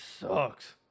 sucks